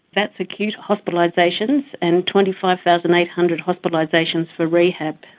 that's acute hospitalisations, and twenty five thousand eight hundred hospitalisations for rehab.